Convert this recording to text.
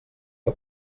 que